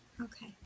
Okay